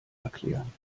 erklären